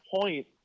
point